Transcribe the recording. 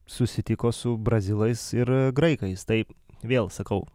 susitiko su brazilais ir graikais tai vėl sakau